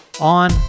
on